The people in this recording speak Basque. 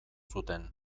zuten